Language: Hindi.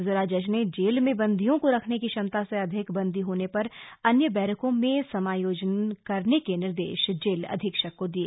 जिला जज ने जेल में बन्दियों को रखने की क्षमता से अधिक बन्दी होने पर अन्य बैरकों में समायोजन करने के निर्देश जेल अधीक्षक को दिये